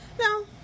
No